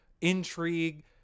intrigue